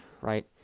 right